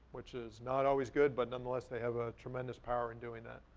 which is not always good, but nonetheless they have ah tremendous power in doing that.